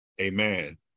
amen